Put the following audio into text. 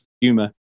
humor